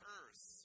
earth